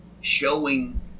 showing